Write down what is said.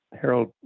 Harold